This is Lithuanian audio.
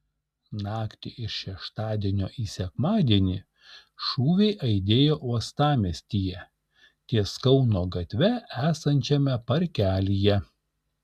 naktį iš šeštadienio į sekmadienį šūviai aidėjo uostamiestyje ties kauno gatve esančiame parkelyje